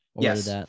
Yes